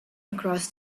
across